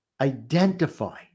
identify